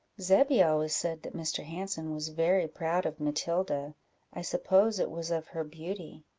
zebby always said that mr. hanson was very proud of matilda i suppose it was of her beauty.